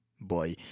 boy